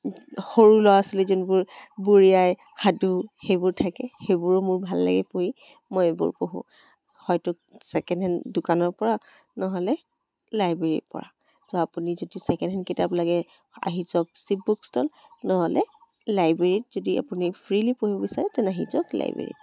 সৰু ল'ৰা ছোৱালী যোনবোৰ বুঢ়ী আই সাধু সেইবোৰ থাকে সেইবোৰো মোৰ ভাল লাগে পঢ়ি মই এইবোৰ পঢ়োঁ হয়তো ছেকেণ্ড হেণ্ড দোকানৰ পৰা নহ'লে লাইব্ৰেৰীৰ পৰা তো আপুনি যদি ছেকেণ্ড হেণ্ড কিতাপ লাগে আহি যাওক শিৱ বুকষ্টল নহ'লে লাইব্ৰেৰীত যদি আপুনি ফ্ৰীলী পঢ়িব বিচাৰে তেনে আহি যাওক লাইব্ৰেৰীত